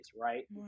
right